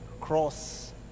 cross